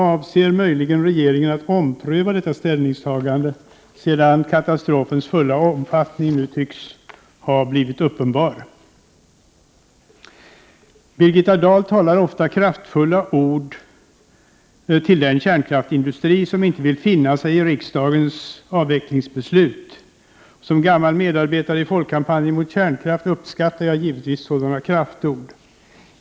Avser möjligen regeringen att ompröva detta ställningstagande, sedan katastrofens fulla omfattning nu tycks ha blivit uppenbar? Birgitta Dahl talar ofta kraftfulla ord till den kärnkraftsindustri som inte vill finna sig i riksdagens avvecklingsbeslut. Som gammal medarbetare i Folkkampanjen mot kärnkraft uppskattar jag givetvis sådana kraftord.